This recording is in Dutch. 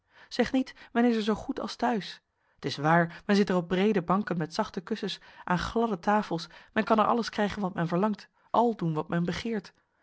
zeg niet men is er zoo goed als tehuis t is waar men zit er op breede banken met zachte kussens aan gladde tafels men kan er alles krijgen wat men verlangt al doen wat men begeert